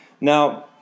Now